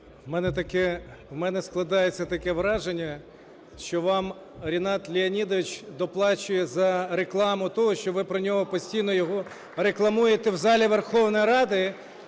у мене складається таке враження, що вам Рінат Леонідович доплачує за рекламу того, що ви про нього, постійно його рекламуєте в залі Верховної Ради